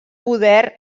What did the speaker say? poder